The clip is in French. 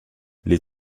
les